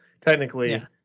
technically